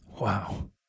Wow